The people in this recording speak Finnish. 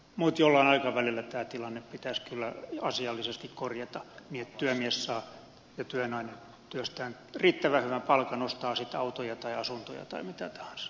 mutta jollain aikavälillä tämä tilanne pitäisi kyllä asiallisesti korjata niin että työmies ja työnainen saa työstään riittävän hyvän palkan ostaa sitten autoja tai asuntoja tai mitä tahansa